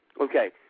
Okay